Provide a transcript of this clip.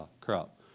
crop